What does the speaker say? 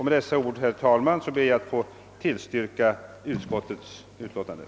Med dessa ord, herr talman, ber jag att få tillstyrka utskottets hemställan.